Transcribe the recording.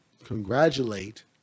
congratulate